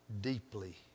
Deeply